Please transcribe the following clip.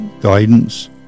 guidance